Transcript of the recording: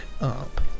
Up